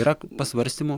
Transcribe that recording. yra pasvarstymų